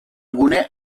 gune